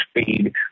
speed